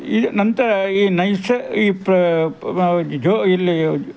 ಈ ನಂತರ ಈ ನೈಸ ಈ ಪ್ರ ಇಲ್ಲಿ